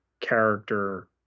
character